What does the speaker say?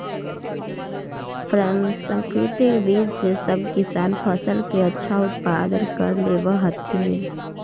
प्रसंकरित बीज से सब किसान फसल के अच्छा उत्पादन कर लेवऽ हथिन